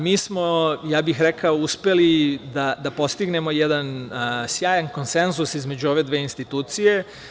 Mi smo uspeli da postignemo jedan sjajan konsenzus između ove dve institucije.